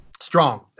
Strong